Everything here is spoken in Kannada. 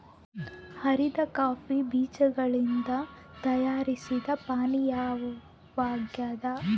ಹುರಿದ ಕಾಫಿ ಬೀಜಗಳಿಂದ ತಯಾರಿಸಿದ ಪಾನೀಯವಾಗ್ಯದ